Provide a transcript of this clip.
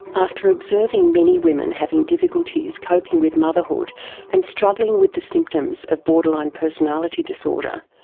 after observing many women having difficulties coping with motherhood and struggling with the symptoms of borderline personality disorder,